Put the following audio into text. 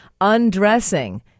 Undressing